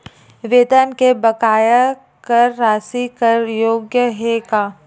वेतन के बकाया कर राशि कर योग्य हे का?